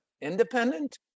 independent